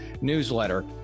newsletter